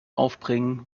aufbringen